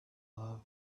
love